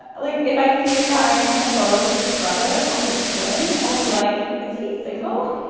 like if i see a guy in a photo with his brother or his twin i'll be like, is he single?